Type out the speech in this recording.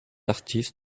artist